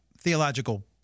theological